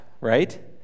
right